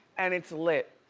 and it's lit.